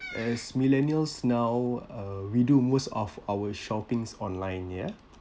as millennials now uh we do most of our shoppings online ya